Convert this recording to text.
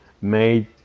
made